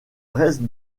reste